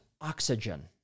Oxygen